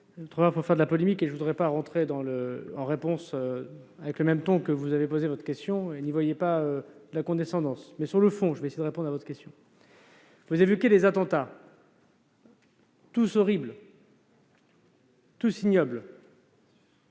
Vous évoquez des attentats, tous horribles, tous ignobles,